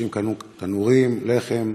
אנשים קנו תנורים, לחם,